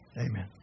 Amen